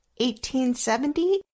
1870